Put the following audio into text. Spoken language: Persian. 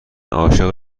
عاشق